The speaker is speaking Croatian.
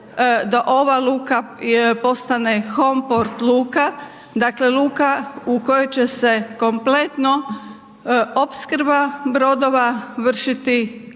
da ova luka postane home port luka, dakle luka u kojoj će se kompletno opskrba brodova vršiti